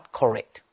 correct